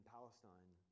Palestine